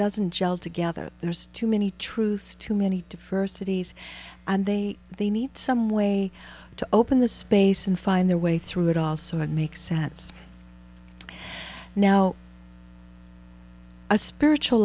doesn't gel together there's too many truths too many diversity's and they they need some way to open the space and find their way through it all so it makes sense now a spiritual